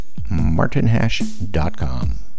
martinhash.com